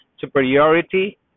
superiority